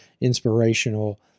inspirational